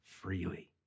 freely